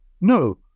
no